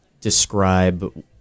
describe